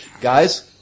guys